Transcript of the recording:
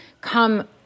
come